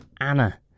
Anna